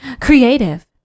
creative